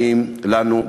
האם לנו,